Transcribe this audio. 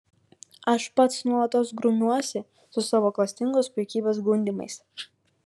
aš pats nuolatos grumiuosi su savo klastingos puikybės gundymais